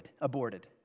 aborted